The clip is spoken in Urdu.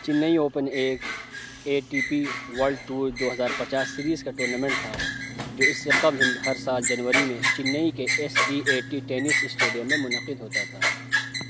چنئی اوپن ایک A T P world tour دو ہزار پچاس سیریز کا ٹورنامنٹ تھا جو اس سے قبل ہر سال جنوری میں چنئی کے S D A T tennis stadium میں منعقد ہوتا تھا